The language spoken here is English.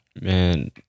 Man